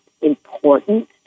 important